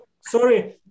sorry